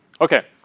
Okay